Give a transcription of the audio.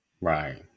Right